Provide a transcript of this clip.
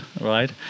right